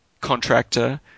contractor